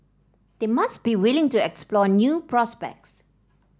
they must be willing to explore new prospects